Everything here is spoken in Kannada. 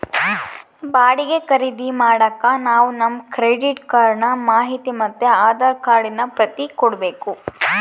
ಬಾಡಿಗೆ ಖರೀದಿ ಮಾಡಾಕ ನಾವು ನಮ್ ಕ್ರೆಡಿಟ್ ಕಾರ್ಡಿನ ಮಾಹಿತಿ ಮತ್ತೆ ಆಧಾರ್ ಕಾರ್ಡಿನ ಪ್ರತಿ ಕೊಡ್ಬಕು